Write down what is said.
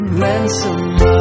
ransom